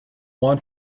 want